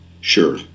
Sure